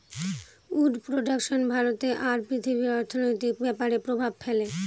would production ভারতে আর পৃথিবীর অর্থনৈতিক ব্যাপরে প্রভাব ফেলে